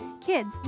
Kids